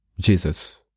Jesus